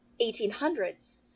1800s